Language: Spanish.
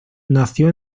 nació